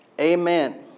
Amen